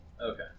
Okay